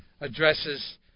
addresses